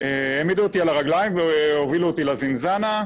העמידו אותי על הרגליים והובילו אותי לזינזאנה.